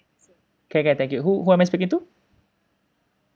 can can thank you who who am I speaking to